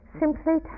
simply